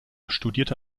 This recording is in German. studierte